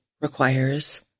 requires